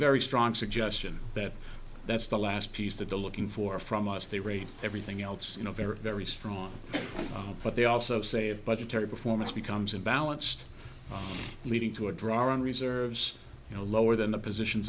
very strong suggestion that that's the last piece that the looking for from us they rate everything else you know very very strong but they also say of budgetary performance becomes unbalanced leading to a dry run reserves you know lower than the positions